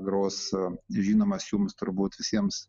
gros žinomas jums turbūt visiems